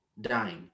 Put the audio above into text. dying